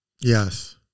Yes